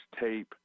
tape